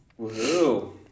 Woohoo